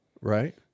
right